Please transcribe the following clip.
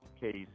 case